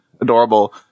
adorable